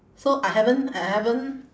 so I haven't I haven't